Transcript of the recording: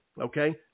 okay